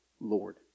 Lord